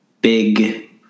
big